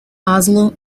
oslo